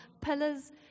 pillars